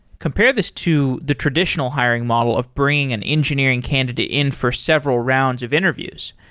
compare this to the traditional hiring model of bringing an engineering candidate in for several rounds of interviews.